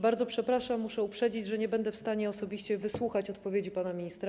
Bardzo przepraszam, ale muszę uprzedzić, że nie będę w stanie osobiście wysłuchać odpowiedzi pana ministra.